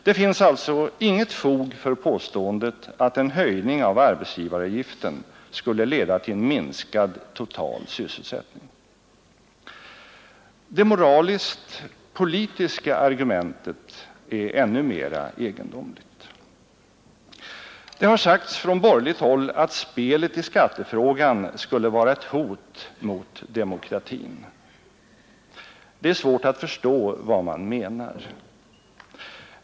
Det finns alltså inget fog för påståendet att en höjning av arbetsgivaravgiften skulle leda till en minskad total sysselsättning. Det moraliskt-politiska argumentet är ännu mera egendomligt. Det har sagts från borgerligt håll att spelet i skattefrågan skulle vara ett hot mot demokratin. Det är svårt att förstå vad man menar.